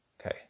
Okay